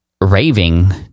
raving